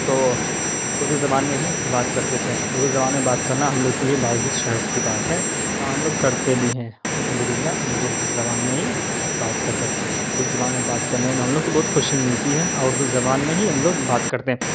تو اردو زبان میں ہی بات کرتے تھیں اردو زبان میں بات کرنا ہم لوگوں کے لیے باعث شرف کی بات ہے اور ہم لوگ کرتے بھی ہیں الحمد للہ ہم لوگ اردو زبان میں ہی بات کرتے ہیں اردو زبان میں بات کرنے میں ہم لوگ کو بہت خوشی بھی ملتی ہے اور اردو زبان میں ہی ہم لوگ بات کرتے ہیں